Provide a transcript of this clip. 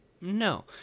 No